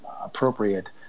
appropriate